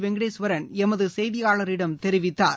வெங்கடேஸ்வரன் எமது செய்தியாளரிடம் தெரிவித்தார்